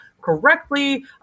correctly